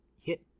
hit